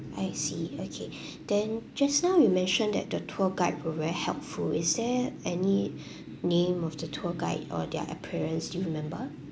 I see okay then just now you mentioned that the tour guide were very helpful is there any name of the tour guide or their appearance do you remember